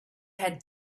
had